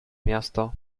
miasto